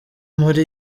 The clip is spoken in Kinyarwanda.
muri